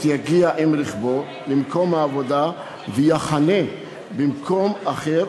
יגיע עם רכבו למקום העבודה ויחנה במקום אחר,